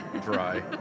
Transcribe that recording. dry